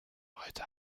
heute